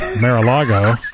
Mar-a-Lago